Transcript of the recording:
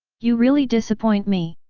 you really disappoint me!